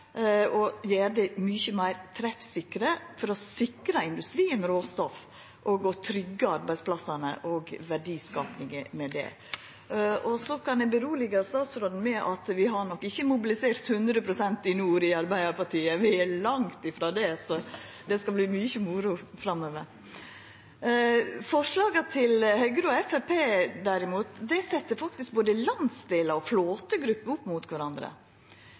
og gjer dei mykje meir treffsikre, for å sikra industrien råstoff og for å tryggja arbeidsplassane og med det verdiskapinga. Så kan eg roa statsråden med at vi har nok ikkje mobilisert 100 pst. i nord i Arbeidarpartiet, vi er langt frå det, så det skal bli mykje moro framover. Forslaga til Høgre og Framstegspartiet, derimot, set faktisk både landsdelar og flåtegrupper opp mot kvarandre.